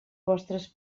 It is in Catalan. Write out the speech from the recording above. vostres